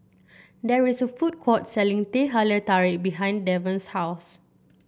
there is a food court selling Teh Halia Tarik behind Devon's house